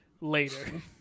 later